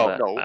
no